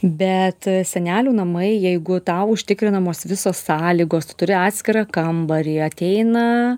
bet senelių namai jeigu tau užtikrinamos visos sąlygos tu turi atskirą kambarį ateina